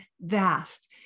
vast